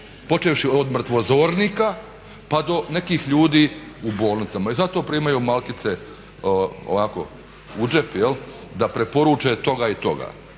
počevši od mrtvozornika pa do nekih ljudi u bolnicama i za to primaju malkice ovako u džep da preporuče toga i toga